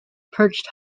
perched